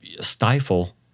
stifle